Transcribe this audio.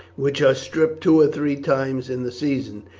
which are stripped two or three times in the season.